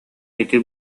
ити